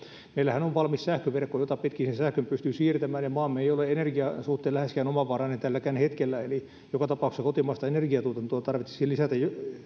meillähän on valmis sähköverkko jota pitkin sen sähkön pystyy siirtämään ja maamme ei ole energian suhteen läheskään omavarainen tälläkään hetkellä eli joka tapauksessa kotimaista energiatuotantoa tarvitsisi